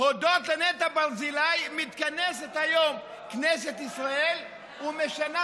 הודות לנטע ברזילי מתכנסת היום כנסת ישראל ומשנה